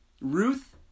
Ruth